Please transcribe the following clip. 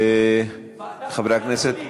חברי הכנסת,